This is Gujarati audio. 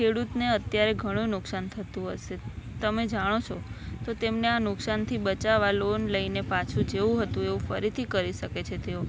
ખેડૂતને અત્યારે ઘણું નુકસાન થતું હશે તમે જાણો છો તો તેમને આ નુકસાનથી બચાવવા લોન લઈને પાછું જેવું હતું એવું ફરીથી કરી શકે છે તેઓ